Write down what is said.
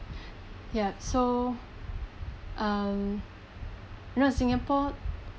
ya so uh because singapore